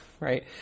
Right